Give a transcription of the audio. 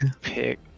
pick